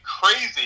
crazy